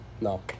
No